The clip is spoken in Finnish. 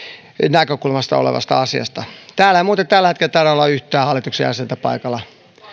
näkökulmasta tästä asiasta täällä ei muuten tällä hetkellä taida olla yhtään hallituksen jäsentä paikalla